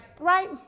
Right